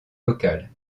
locales